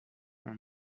for